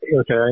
okay